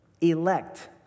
elect